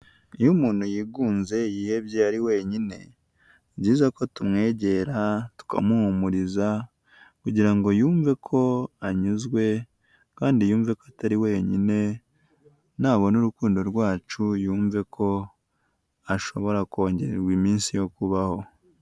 Iyo umuntu yigunze yihebye ari wenyine ni byiza ko tumwegera tukamuhumuriza kugira ngo yumve ko anyuzwe kandi yumve ko atari wenyine nabona urukundo rwacu yumve ko ashobora kongererwa iminsi yo kubaho.